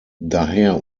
daher